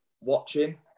watching